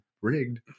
Rigged